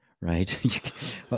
right